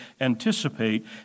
anticipate